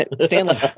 stanley